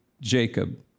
Jacob